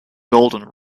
golden